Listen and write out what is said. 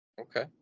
Okay